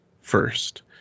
first